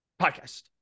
podcast